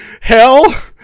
Hell